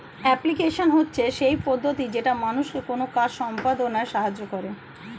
application হচ্ছে সেই পদ্ধতি যেটা মানুষকে কোনো কাজ সম্পদনায় সাহায্য করে